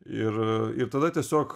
ir ir tada tiesiog